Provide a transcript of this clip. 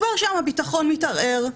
כבר שם הביטחון מתערער,